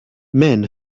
men